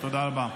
תודה רבה.